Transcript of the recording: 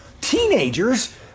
teenagers